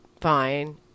fine